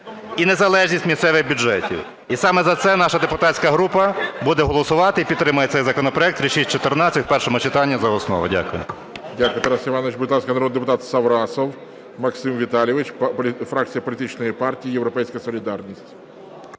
і незалежність місцевих бюджетів. І саме за це наша депутатська група буде голосувати, і підтримає цей законопроект 3614 в першому читанні за основу. Дякую.